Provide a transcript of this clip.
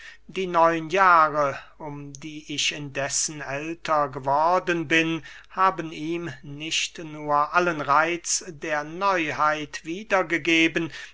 die neun jahre um die ich indessen älter geworden bin haben ihm nicht nur allen reitz der neuheit